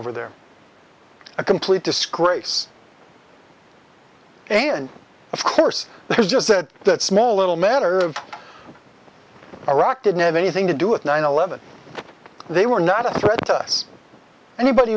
over there a complete disgrace and of course there's just that that small little matter of iraq didn't have anything to do with nine eleven they were not a threat to us anybody